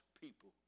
people